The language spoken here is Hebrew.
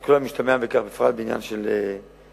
על כל המשתמע מכך, בפרט בעניין התקציב,